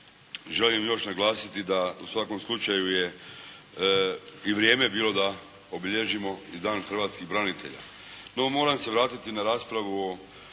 želim još naglasiti da u svakom slučaju je i vrijeme bilo da obilježimo i Dan hrvatskih branitelja. No, moram se vratiti na raspravu o